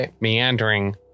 meandering